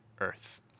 earth